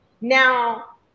Now